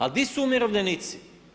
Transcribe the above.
Ali di su umirovljenici?